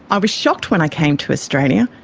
i was shocked when i came to australia,